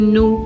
no